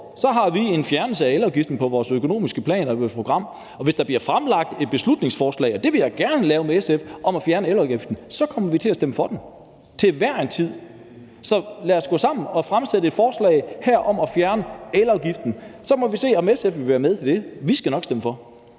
har vi en fjernelse af elafgiften på vores økonomiske program. Hvis der bliver fremsat et beslutningsforslag, – og det vil jeg gerne lave med SF – om at fjerne elafgiften, så kommer vi til at stemme for det, til hver en tid. Så lad os gå sammen og fremsætte et forslag her om at fjerne elafgiften. Så må vi se, om SF vil være med til det. Vi skal nok stemme for.